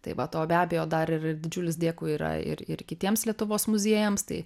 tai vat o be abejo dar ir didžiulis dėkui yra ir ir kitiems lietuvos muziejams tai